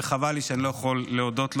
וחבל לי שאני לא יכול להודות לו.